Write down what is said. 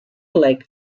like